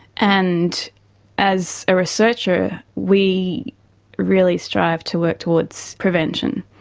and as a researcher we really strive to work towards prevention.